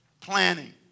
Planning